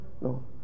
no